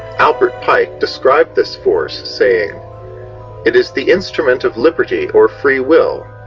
albert pike described this force, saying it is the instrument of liberty or free will.